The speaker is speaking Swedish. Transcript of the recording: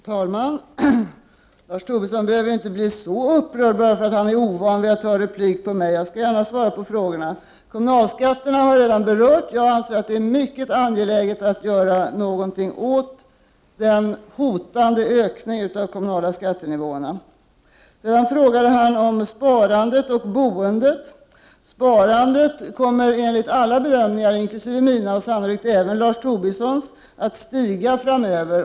Herr talman! Lars Tobisson behöver inte bli så upprörd bara för att han är ovan att replikera på mig. Jag skall gärna svara på ställda frågor. Frågan om kommunalskatterna har jag redan berört. Jag anser att det är mycket angeläget att någonting görs åt den hotande ökningen av de kommunala skattenivåerna. Sedan frågade Lars Tobisson om sparandet och boendet. Sparandet kommer enligt alla bedömningar, även enligt mina och sannolikt också enligt Lars Tobissons bedömningar, att öka framöver.